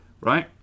Right